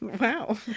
Wow